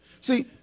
See